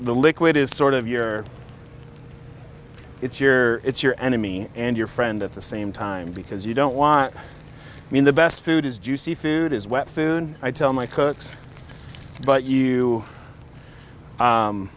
the liquid is sort of your it's your it's your enemy and your friend at the same time because you don't want me in the best food is juicy food is wet food i tell my cooks but